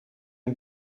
een